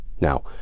Now